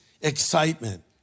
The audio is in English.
Excitement